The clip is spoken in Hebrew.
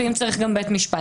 ואם צריך גם בית משפט.